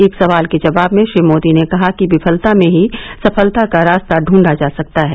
एक सवाल के जवाब में श्री मोदी ने कहा कि विफलता में भी सफलता का रास्ता ढूंढा जा सकता है